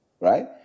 right